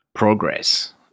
Progress